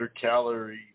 calorie